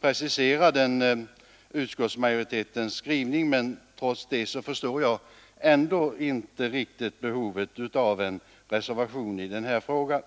preciserad än utskottsmajoritetens skrivning. Trots detta förstår jag inte riktigt behovet av en reservation i den här frågan.